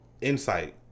insight